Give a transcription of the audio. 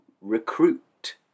recruit